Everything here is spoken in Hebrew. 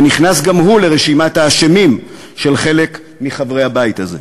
ונכנס גם הוא לרשימת האשמים של חלק מחברי הבית הזה.